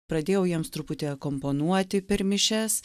pradėjau jiems truputį akomponuoti per mišias